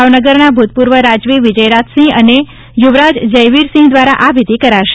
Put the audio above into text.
ભાવનગરના ભૂતપૂર્વ રાજવી વિજયરાજસિંહ અને યુવરાજ જયવીરસિંહ દ્વારા આ વિધિ કરાશે